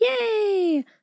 Yay